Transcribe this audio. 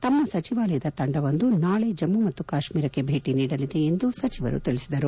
ತಮ್ನ ಸಚಿವಾಲಯದ ತಂಡವೊಂದು ನಾಳೆ ಜಮ್ಮ ಮತ್ತು ಕಾಶ್ಮೀರಕ್ಕೆ ಭೇಟ ನೀಡಲಿದೆ ಎಂದು ಸಚಿವರು ತಿಳಿಸಿದರು